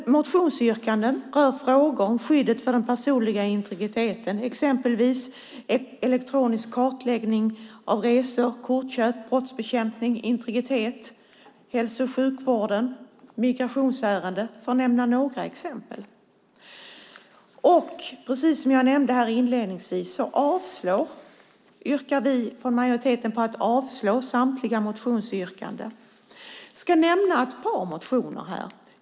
Motionsyrkandena rör frågor om skyddet för den personliga integriteten, elektronisk kartläggning av resor och kortköp, brottsbekämpning, integritet, hälso och sjukvården, migrationsärenden, för att nämna några exempel. Som jag nämnde inledningsvis yrkar vi från majoriteten avslag på samtliga motionsyrkanden. Jag ska nämna ett par motioner.